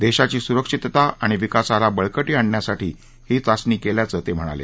देशाची सुरक्षितता आणि विकासाला बळकटी आणण्यासाठी ही चाचणी केल्याचं ते म्हणाले